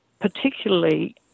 particularly